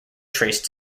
trace